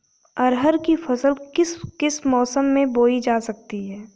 अरहर की फसल किस किस मौसम में बोई जा सकती है?